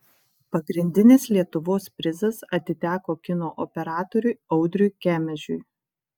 pagrindinis lietuvos prizas atiteko kino operatoriui audriui kemežiui